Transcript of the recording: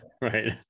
right